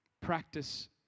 practice